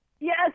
Yes